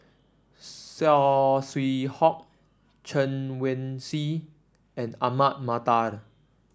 Saw Swee Hock Chen Wen Hsi and Ahmad Mattar